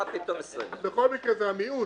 בכל מקרה, זה המיעוט